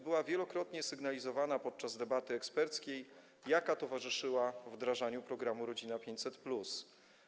była wielokrotnie sygnalizowana podczas debaty eksperckiej, jaka towarzyszyła wdrażaniu programu „Rodzina 500+”